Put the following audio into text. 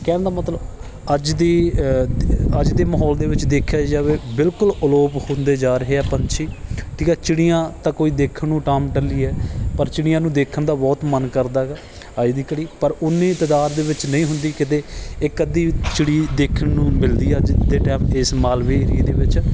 ਕਹਿਣ ਦਾ ਮਤਲਬ ਅੱਜ ਦੀ ਅੱਜ ਦੇ ਮਾਹੌਲ ਦੇ ਵਿੱਚ ਦੇਖਿਆ ਜਾਵੇ ਬਿਲਕੁਲ ਅਲੋਪ ਹੁੰਦੇ ਜਾ ਰਹੇ ਆ ਪੰਛੀ ਠੀਕ ਹੈ ਚਿੜੀਆਂ ਤਾਂ ਕੋਈ ਦੇਖਣ ਨੂੰ ਟਾਮ ਟੱਲੀ ਆ ਪਰ ਚਿੜੀਆਂ ਨੂੰ ਦੇਖਣ ਦਾ ਬਹੁਤ ਮਨ ਕਰਦਾ ਹੈਗਾ ਅੱਜ ਦੀ ਘੜੀ ਪਰ ਓਨੀ ਤਾਦਾਦ ਦੇ ਵਿੱਚ ਨਹੀਂ ਹੁੰਦੀ ਕਦੇ ਇੱਕ ਅੱਧੀ ਚਿੜੀ ਦੇਖਣ ਨੂੰ ਮਿਲਦੀ ਆ ਅੱਜ ਦੇ ਟਾਈਮ ਇਸ ਮਾਲਵੇ ਏਰੀਏ ਦੇ ਵਿੱਚ